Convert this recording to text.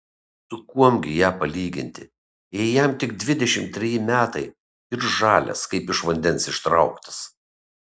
su kuom gi ją palyginti jei jam tik dvidešimt treji metai ir žalias kaip iš vandens ištrauktas